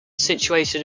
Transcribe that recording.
situated